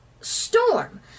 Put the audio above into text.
storm